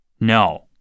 No